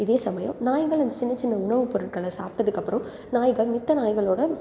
இதே சமயம் நாய்களும் சின்னச் சின்ன உணவுப் பொருட்களை சாப்பிட்டதுக்கப்பறம் நாய்கள் மத்த நாய்களோடு